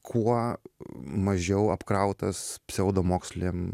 kuo mažiau apkrautas pseudomokslėm